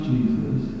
Jesus